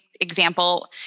example